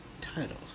Titles